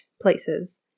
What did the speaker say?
places